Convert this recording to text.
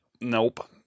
Nope